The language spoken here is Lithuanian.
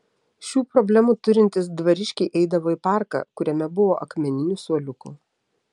šių problemų turintys dvariškiai eidavo į parką kuriame buvo akmeninių suoliukų